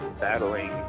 battling